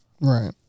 Right